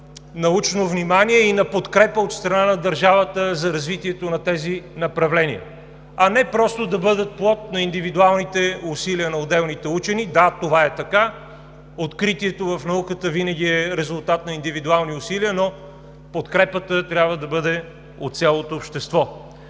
научно внимание и на подкрепа от страна на държавата за развитието на тези направления, а не просто да бъдат плод на индивидуалните усилия на отделните учени. Да, това е така, откритието в науката винаги е резултат на индивидуални усилия, но подкрепата трябва да бъде от цялото общество.